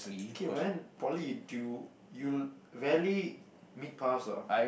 okay but then poly do you you rarely meet pass hor